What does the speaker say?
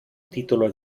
título